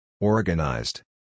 Organized